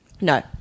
No